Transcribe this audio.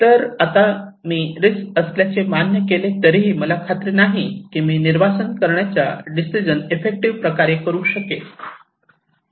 तर आता जरी मी रिस्क असल्याचे मान्य केले तरीही मला खात्री नाही की मी निर्वासन करण्याच्या डिसिजन ईफेक्टिव्ह प्रकारे करू शकेल